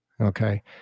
Okay